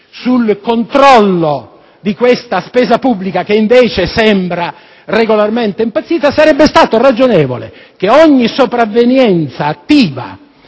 sul controllo di questa spesa pubblica che invece sembra regolarmente impazzita ‑ che ogni sopravvenienza attiva